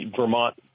Vermont